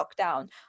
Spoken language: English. lockdown